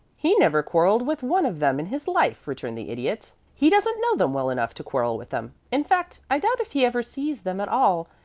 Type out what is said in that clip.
he never quarrelled with one of them in his life, returned the idiot. he doesn't know them well enough to quarrel with them in fact, i doubt if he ever sees them at all.